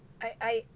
I I